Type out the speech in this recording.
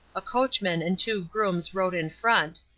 a coachman and two grooms rode in front,